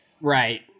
Right